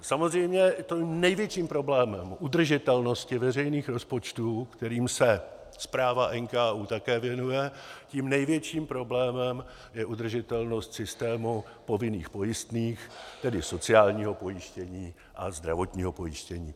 Samozřejmě největším problémem udržitelnosti veřejných rozpočtů, kterým se zpráva NKÚ také věnuje, tím největším problémem je udržitelnost systému povinných pojistných, tedy sociálního pojištění a zdravotního pojištění.